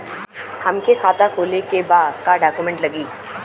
हमके खाता खोले के बा का डॉक्यूमेंट लगी?